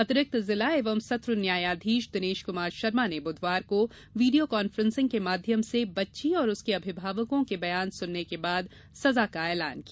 अतिरिक्त जिला एवं सत्र न्यायाधीश दिनेश कुमार शर्मा ने बुधवार को वीडियो कान्फ्रेसिंग के माध्यम से बच्ची और उसके अभिभावकों के बयान सुनने के बाद सजा का ऐलान किया